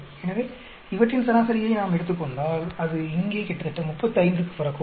எனவே இவற்றின் சராசரியை நாம் எடுத்துக் கொண்டால் அது இங்கே கிட்டத்தட்ட 35 க்கு வரக்கூடும்